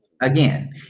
Again